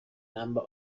number